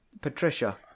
Patricia